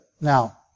Now